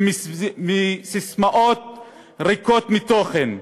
ומססמאות ריקות מתוכן.